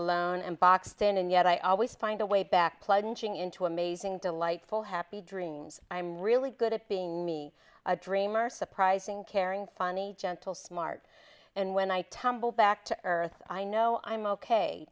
alone and boxed in and yet i always find a way back plugging into amazing delightful happy dreams i'm really good at being me a dreamer surprising caring funny gentle smart and when i tumble back to earth i know i'm ok